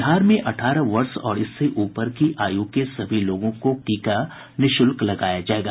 बिहार में अठारह वर्ष और इससे ऊपर की आयु के सभी लोगों को कोरोना का टीका निःशुल्क लगाया जायेगा